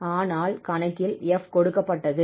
ஆனால் கணக்கில் 𝑓 கொடுக்கப்பட்டது